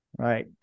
Right